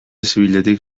zibiletik